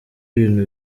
ibintu